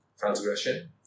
Transgression